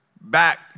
back